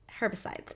herbicides